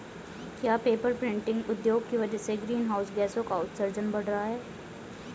क्या paper printing उद्योग की वजह से ग्रीन हाउस गैसों का उत्सर्जन बढ़ रहा है?